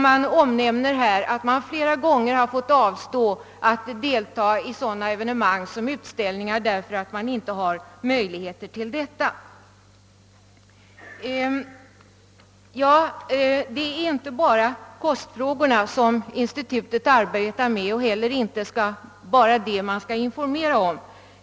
Man omnämner här att man flera gånger har fått avstå från att delta i sådana evenemang som utställningar därför att man inte haft ekonomiska möjligheter till det. Det är inte bara kostfrågorna som institutet arbetar med, och det är inte heller bara dem det skall informera om.